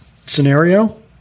scenario